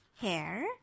hair